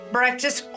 Breakfast